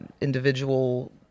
individual